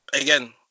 again